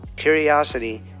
Curiosity